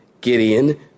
Gideon